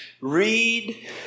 Read